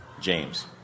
James